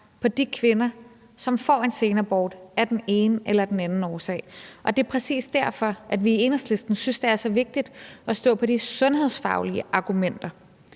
på de kvinder, som får en sen abort af den ene eller den anden årsag. Det er præcis derfor, at vi i Enhedslisten synes, det er så vigtigt at stå på de sundhedsfaglige argumenter,